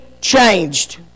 changed